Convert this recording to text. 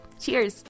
Cheers